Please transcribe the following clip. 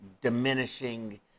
diminishing